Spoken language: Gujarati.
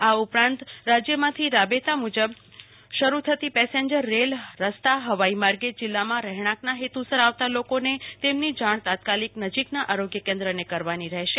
આ ઉપરાંત રાજ્યમાંથી રાબેતા મુજબ શરૂ થતી રેલ રસ્તા હવાઈ માર્ગે જીલ્લામાં રહેણાંક ના હેતુસર આવતા લોકોને તેમની જાણ તાત્કાલિક નજીકના આરોગ્ય કેન્દ્રને કરવાની રહેશે